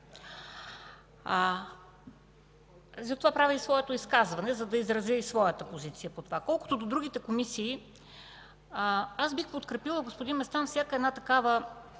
Затова правя изказване, за да изразя и своята позиция по това. Колкото до другите комисии, бих подкрепила, господин Местан, всяка една такава